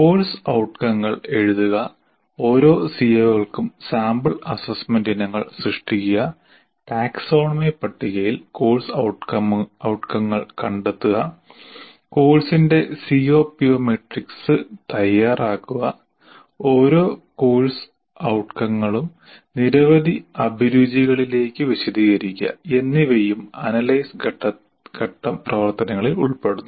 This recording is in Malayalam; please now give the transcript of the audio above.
കോഴ്സ് ഔട്കങ്ങൾ എഴുതുക ഓരോ CO കൾക്കും സാമ്പിൾ അസസ്മെന്റ് ഇനങ്ങൾ സൃഷ്ടിക്കുക ടാക്സോണമി പട്ടികയിൽ കോഴ്സ് ഔട്കങ്ങൾ കണ്ടെത്തുക കോഴ്സിന്റെ CO PO മാട്രിക്സ് തയ്യാറാക്കുക ഓരോ കോഴ്സ് ഔട്കങ്ങങ്ങളും നിരവധി അഭിരുചികളിലേക് വിശദീകരിക്കുക എന്നിവയും അനലൈസ് ഘട്ടം പ്രവർത്തനങ്ങളിൽ ഉൾപ്പെടുന്നു